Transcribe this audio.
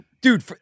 Dude